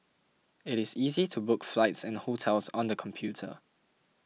it is easy to book flights and hotels on the computer